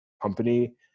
company